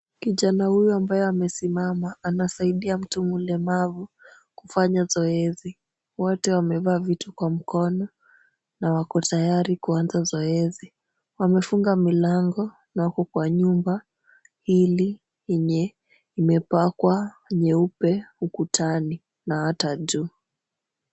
Kijana huyu ambaye amesimama, anasaidia mtu mlemavu kufanya zoezi. Wote wamevaa vitu kwa mkono na wako tayari kuanza zoezi. Wamefunga mlango na wako kwa nyumba hili lenye limepakwa nyeupe ukutani na hata juu.